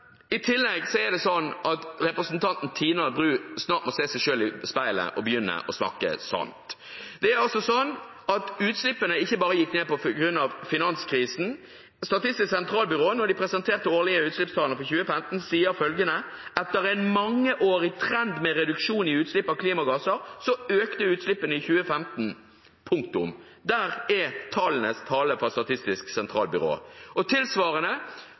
I tillegg er det sånn at representanten Tina Bru snart må se seg selv i speilet og begynne å snakke sant. Utslippene gikk ikke bare ned på grunn av finanskrisen, da Statistisk sentralbyrå presenterte de årlige utslippstallene for 2015, sa de: «Etter en mangeårig trend med reduksjon i utslipp av klimagasser, økte utslippene i 2015.» Det er tallenes tale fra Statistisk sentralbyrå. Tilsvarende